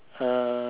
uh